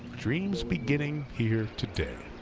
dreams beginning here today.